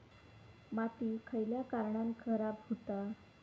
माती खयल्या कारणान खराब हुता?